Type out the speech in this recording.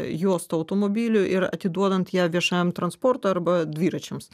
juostą automobilių ir atiduodant ją viešajam transportui arba dviračiams